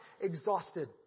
exhausted